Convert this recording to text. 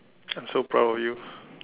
I'm so proud of you